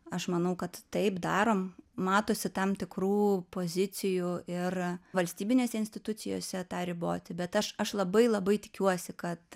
aš manau kad taip darom matosi tam tikrų pozicijų ir valstybinėse institucijose tą riboti bet aš aš labai labai tikiuosi kad